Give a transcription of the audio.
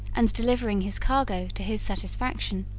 and delivering his cargo to his satisfaction.